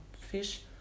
fish